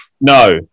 No